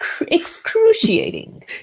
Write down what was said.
excruciating